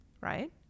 right